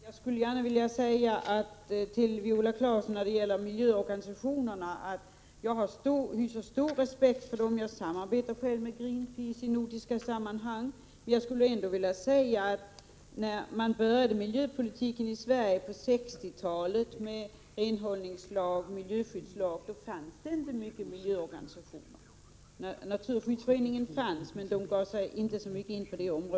Herr talman! Jag skulle gärna vilja säga till Viola Claesson att jag hyser stor 6 juni 1988 respekt för miljöorganisationerna; jag samarbetar själv med Greenpeace i nordiska sammanhang. Men när arbetet med miljöpolitiken påbörjades på 1960-talet med renhållningslagen och miljöskyddslagen, fanns det inte många miljöorganisationer. Naturskyddsföreningen fanns, men den gav sig inte in på detta område i så stor utsträckning.